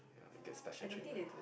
ya get special treatment